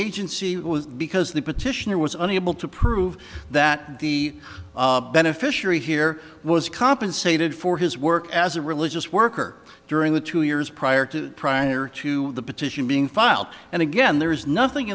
eight because the petitioner was unable to prove that the beneficiary here was compensated for his work as a religious worker during the two years prior to prior to the petition being filed and again there is nothing